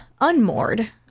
unmoored